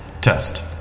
Test